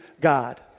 God